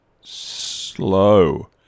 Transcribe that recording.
slow